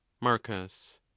Marcus